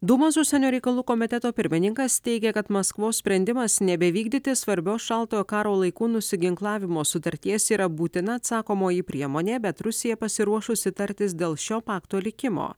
dūmos užsienio reikalų komiteto pirmininkas teigia kad maskvos sprendimas nebevykdyti svarbios šaltojo karo laikų nusiginklavimo sutarties yra būtina atsakomoji priemonė bet rusija pasiruošusi tartis dėl šio pakto likimo